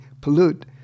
pollute